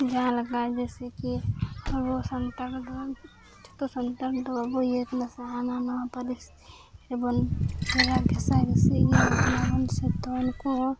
ᱡᱟᱦᱟᱸ ᱞᱮᱠᱟ ᱡᱮᱥᱮᱠᱤ ᱟᱵᱚ ᱥᱟᱱᱛᱟᱲ ᱫᱚᱵᱚᱱ ᱡᱚᱛᱚ ᱥᱟᱱᱛᱟᱲ ᱫᱚ ᱵᱟᱵᱚᱱ ᱤᱭᱟᱹᱣ ᱠᱟᱱᱟ ᱥᱮ ᱦᱟᱱᱟ ᱱᱟᱣᱟ ᱯᱟᱹᱨᱤᱥ ᱨᱮᱵᱚᱱ ᱦᱮᱲᱟ ᱜᱷᱮᱥᱟ ᱜᱷᱮᱥᱤ ᱤᱭᱟᱹᱣ ᱠᱟᱱᱟ ᱵᱚᱱ ᱥᱮ ᱩᱱᱠᱩ ᱦᱚᱸ